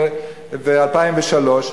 ב-2003,